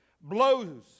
blows